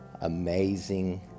amazing